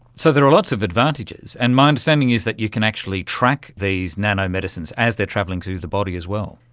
so there are lots of advantages, and my understanding is that you can actually track these nano-medicines as they are travelling through the body as well.